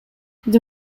the